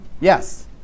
Yes